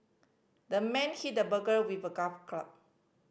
the man hit the burglar with a club